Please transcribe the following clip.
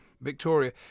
Victoria